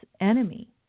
enemy